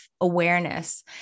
awareness